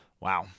Wow